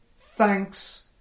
thanks